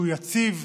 שהוא יציב,